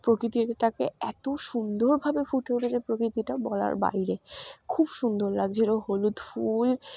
প্রকৃতিটাকে এতো সুন্দরভাবে ফুটে উঠেছে প্রকৃতিটা বলার বাইরে খুব সুন্দর লাগছিল হলুদ ফুল